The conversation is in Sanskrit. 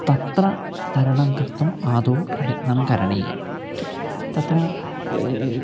तत्र तरणं कर्तुम् आदौ प्रयत्नं करणीयं तत्र